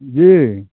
जी